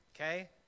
Okay